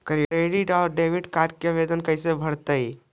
Credit और debit card के आवेदन कैसे भरैतैय?